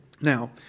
Now